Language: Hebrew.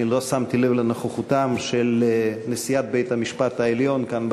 לא שמתי לב לנוכחותם של נשיאת בית-המשפט העליון כאן,